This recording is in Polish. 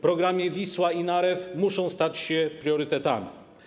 Programy ˝Wisła˝ i ˝Narew˝ muszą stać się priorytetami.